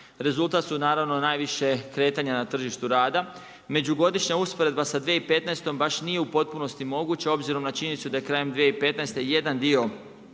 rezultatu su naravno najviše kretanje na tržišnu rada. Međugodišnja usporedba sa 2015. baš nije u potpunosti moguća, obzirom na činjenicu da je krajem 2015. jedan dio